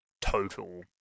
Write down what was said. total